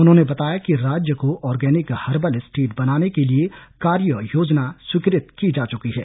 उन्होंने बताया कि राज्य को आर्गेनिक हर्बल स्टेट बनाने के लिए कार्ययोजना स्वीकृत की जा चुकी है